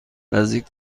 نزدیک